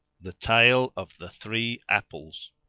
the tale of the three apples